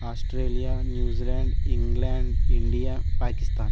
Australia New Zealand England India Pakistan